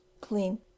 clean